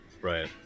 Right